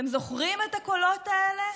אתם זוכרים את הקולות האלה?